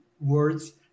words